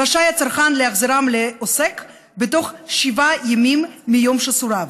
רשאי הצרכן להחזירם לעוסק בתוך שבעה ימים מיום שסורב.